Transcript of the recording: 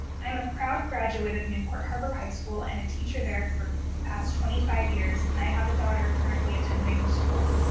um a proud graduate of newport harbor high school and a teacher there for the past twenty five years and i have a daughter currently attending school.